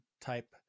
type